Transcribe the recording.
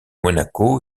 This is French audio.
monaco